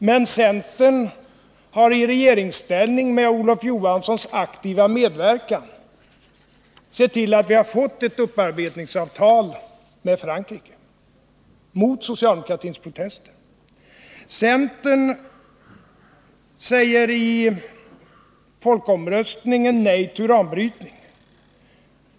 Men centern har i regeringsställning, med Olof Johanssons aktiva medverkan, sett till att vi — mot socialdemokratins protester — har fått ett upparbetningsavtal med Frankrike. Centern säger i kampanjen inför folkomröstningen nej till uranbrytning.